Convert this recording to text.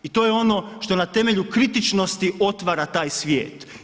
I to je ono što na temelju kritičnosti otvara taj svijet.